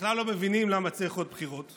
שבכלל לא מבינים למה צריך עוד בחירות.